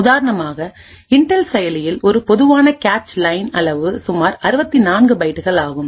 உதாரணமாக இன்டெல் செயலியில் ஒரு பொதுவான கேச் லைன் அளவு சுமார் 64 பைட்டுகள் ஆகும்